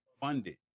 funded